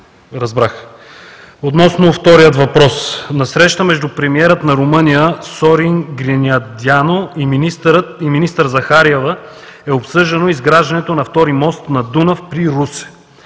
разбрах. Относно втория въпрос – на среща между премиера на Румъния Сорин Гриндяну и министър Захариева, е обсъждано изграждането на втори мост на Дунав при Русе,